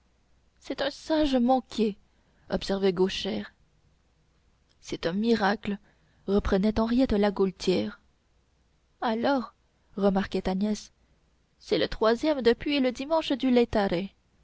c'est un singe manqué observait gauchère c'est un miracle reprenait henriette la gaultière alors remarquait agnès c'est le troisième depuis le dimanche du